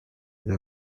une